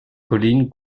colline